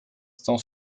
estão